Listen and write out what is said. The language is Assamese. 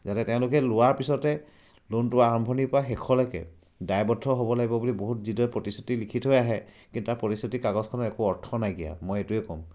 যাতে তেওঁলোকে লোৱাৰ পিছতে লোনটো আৰম্ভণিৰপৰা শেষলৈকে দায়বদ্ধ হ'ব হ'ব লাগিব বুলি বহুত যিদৰে প্ৰতিশ্ৰুতি লিখি থৈ আহে কিন্তু তাৰ প্ৰতিশ্ৰুতিৰ কাগজখনৰ একো অৰ্থ নাইকিয় মই এইটোৱে ক'ম